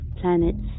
planets